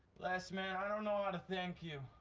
les, man, i don't know how to thank you.